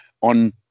on